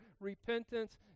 repentance